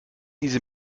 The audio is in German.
diese